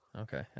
Okay